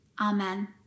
Amen